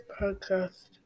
podcast